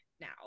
now